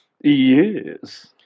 Yes